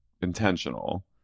intentional